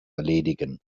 erledigen